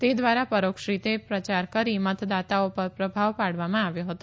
તે દ્વારા પરોક્ષ રીતે પ્રચાર કરી મતદાતાઓ પર પ્રભાવ પાડવામાં આવ્યો હતો